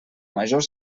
major